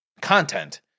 content